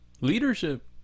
Leadership